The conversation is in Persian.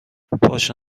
باشه